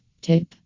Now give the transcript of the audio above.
Tip